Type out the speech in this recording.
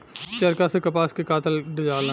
चरखा से कपास के कातल जाला